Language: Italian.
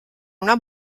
una